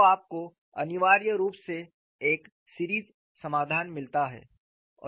तो आपको अनिवार्य रूप से एक सीरीज समाधान मिलता है